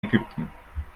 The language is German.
ägypten